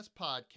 podcast